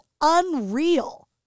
unreal